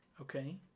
Okay